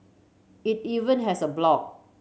it even has a blog